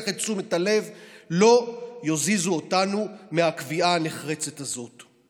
את תשומת הלב לא יזיזו אותנו מהקביעה הנחרצת הזאת.